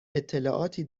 اطلاعاتی